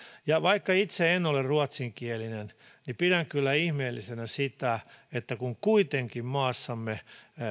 vaikka itse en ole ruotsinkielinen pidän kyllä ihmeellisenä sitä että kun kuitenkin me